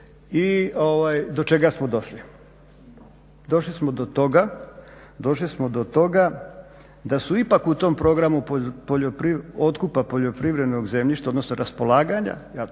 Došli smo do toga, došli smo do toga da su ipak u tom programu otkupa poljoprivrednog zemljišta odnosno raspolaganja, a